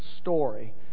story